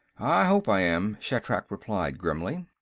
i hope i am, shatrak replied grimly.